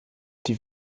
die